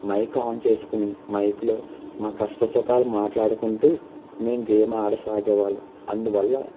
mic on చేసుకొని మైక్లో మా కష్ట సుఖాలు మాట్లాడుకుంటూ మేము గేమ్ ఆడసాగేవాళ్ళం అందువల్ల